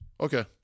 Okay